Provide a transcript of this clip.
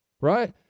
right